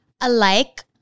alike